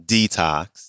Detox